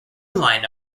line